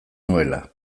nuela